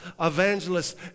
evangelists